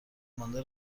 مانده